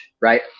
right